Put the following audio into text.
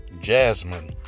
Jasmine